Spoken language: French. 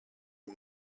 aux